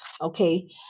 Okay